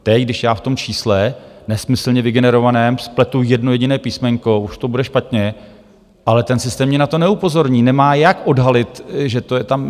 Teď, když já v tom čísle nesmyslně vygenerovaném spletu jedno jediné písmenko, už to bude špatně, ale ten systém mě na to neupozorní, nemá jak odhalit, že to je tam...